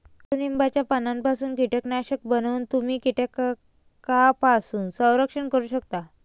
कडुलिंबाच्या पानांपासून कीटकनाशक बनवून तुम्ही कीटकांपासून संरक्षण करू शकता